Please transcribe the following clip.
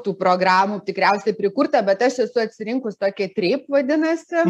tų programų tikriausiai prikurta bet aš esu atsirinkus tokią treip vadinasi